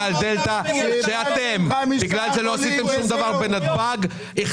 גל דלתא שנוצר בגלל שלא עשיתם כלום בנתב"ג.